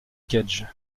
cage